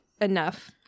enough